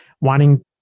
wanting